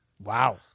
Wow